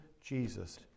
Jesus